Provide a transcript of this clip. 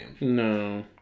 No